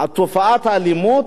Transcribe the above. תופעת האלימות,